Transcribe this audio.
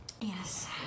Yes